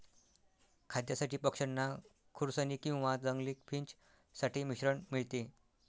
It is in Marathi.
खाद्यासाठी पक्षांना खुरसनी किंवा जंगली फिंच साठी मिश्रण मिळते